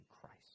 Christ